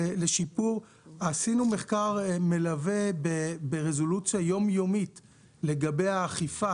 עשינו מחקר מלווה עם משטרת ישראל לגבי האכיפה